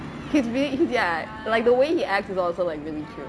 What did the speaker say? he's rea~ ya like the way he acts is also like really cute